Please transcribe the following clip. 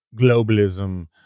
globalism